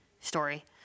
story